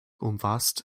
umfasst